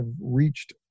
reached